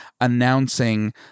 announcing